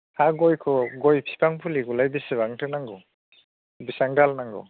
हा गयखौ गय बिफां फुलिखौलाय बेसेबांथो नांगौ बेसेबां दाल नांगौ